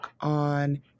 on